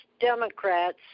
Democrats